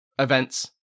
Events